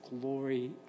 glory